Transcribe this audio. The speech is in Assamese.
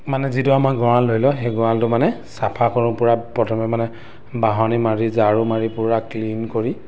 মানে যিটো আমাৰ গড়াল ধৰি লোৱা সেই গড়ালটো মানে চাফা কৰোঁ পূৰা প্ৰথমে মানে বাহনি মাৰি ঝাৰু মাৰি পূৰা ক্লিন কৰি